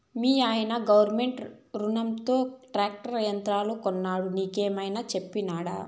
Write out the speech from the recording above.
మీయన్న గవర్నమెంట్ రునంతో ట్రాక్టర్ యంత్రాలు కొన్నాడు నీకేమైనా చెప్పినాడా